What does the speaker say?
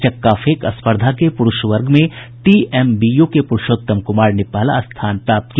चक्का फेंक स्पर्धा के पुरूष वर्ग में टीएमबीयू के पुरूषोत्तम कुमार ने पहला स्थान प्राप्त किया